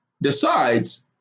decides